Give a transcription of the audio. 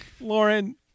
Lauren